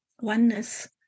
oneness